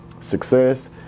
success